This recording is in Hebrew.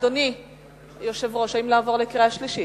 אדוני היושב-ראש, האם לעבור לקריאה שלישית?